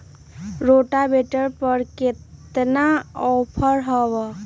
Rotavator पर केतना offer हव?